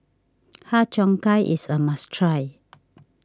Har Cheong Gai is a must try